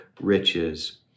riches